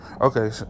Okay